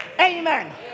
Amen